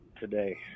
today